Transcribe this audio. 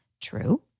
True